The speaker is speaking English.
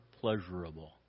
pleasurable